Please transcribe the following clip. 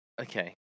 Okay